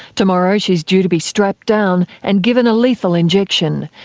tomorrow she is due to be strapped down and given a lethal injection.